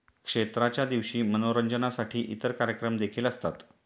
क्षेत्राच्या दिवशी मनोरंजनासाठी इतर कार्यक्रम देखील असतात